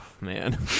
man